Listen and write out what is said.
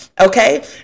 Okay